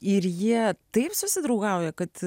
ir jie taip susidraugauja kad